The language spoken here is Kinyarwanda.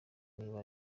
niba